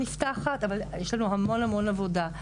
אבל יש לנו המון עבודה.